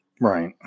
Right